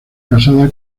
casada